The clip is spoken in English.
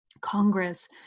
Congress